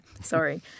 sorry